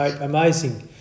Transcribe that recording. amazing